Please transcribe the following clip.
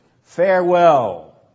farewell